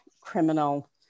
criminal